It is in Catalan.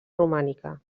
romànica